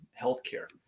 healthcare